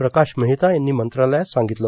प्रकाश महेता यांनी मंत्रालयात सांगितलं